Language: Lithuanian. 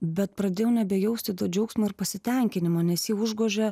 bet pradėjau nebejausti to džiaugsmo ir pasitenkinimo nes jį užgožė